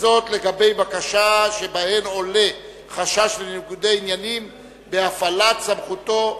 לגבי בקשות שעולה בהן חשש לניגוד עניינים בהפעלת סמכותו,